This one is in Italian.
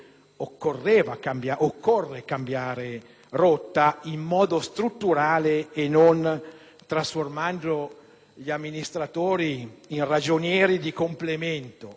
occorre cambiare rotta in modo strutturale, e non trasformando gli amministratori in ragionieri di complemento.